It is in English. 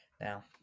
now